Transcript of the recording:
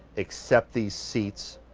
except the seats.